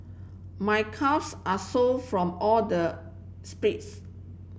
my calves are so from all the